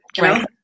right